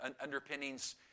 underpinnings